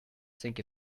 sink